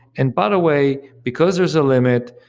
and but way, because there's a limit,